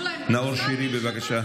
נאור שירי, בבקשה.